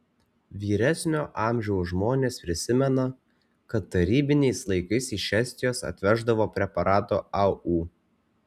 vyresnio amžiaus žmonės prisimena kad tarybiniais laikais iš estijos atveždavo preparato au